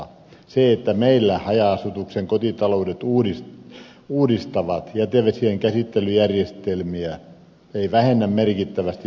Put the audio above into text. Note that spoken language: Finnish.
se että meillä haja asutusalueiden kotitaloudet uudistavat jätevesien käsittelyjärjestelmiä ei vähennä merkittävästi päästöjä itämereen